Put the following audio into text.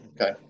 okay